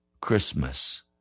Christmas